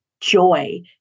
joy